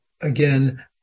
again